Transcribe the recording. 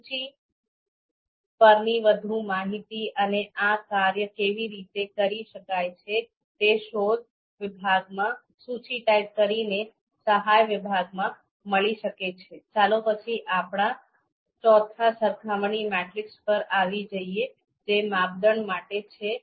સૂચિ પરની વધુ માહિતી અને આ કાર્ય કેવી રીતે કરી શકાય છે તે શોધ વિભાગમાં સૂચિ ટાઇપ કરીને સહાય વિભાગમાં મળી શકે છે